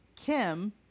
Kim